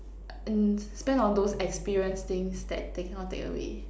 and spend on those experience things that they cannot take away